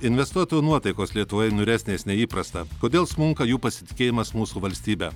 investuotojų nuotaikos lietuvoje niūresnės nei įprasta kodėl smunka jų pasitikėjimas mūsų valstybe